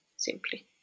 Simply